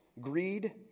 greed